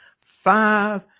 five